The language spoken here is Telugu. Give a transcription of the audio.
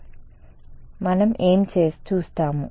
కాబట్టి మనం ఏమి చూస్తాము